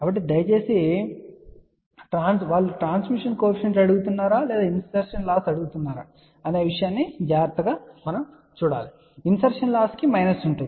కాబట్టి దయచేసి వారు ట్రాన్స్మిషన్ కోఎఫిషియంట్ కోసం అడుగుతున్నారా లేదా ఇన్సర్షన్ లాస్ అడుగుతున్నారా అనే విషయాన్ని జాగ్రత్తగా చదవండి ఇన్సర్షన్ లాస్ కి మైనస్ ఉంటుంది